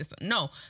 No